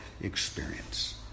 experience